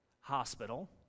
Hospital